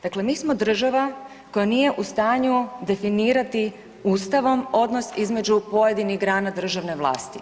Dakle, mi smo država koja nije u stanju definirati ustavom odnos između pojedinih grana državne vlasti.